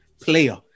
player